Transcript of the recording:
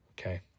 Okay